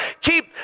keep